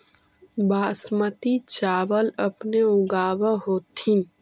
बासमती चाबल अपने ऊगाब होथिं?